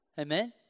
Amen